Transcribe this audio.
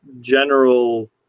general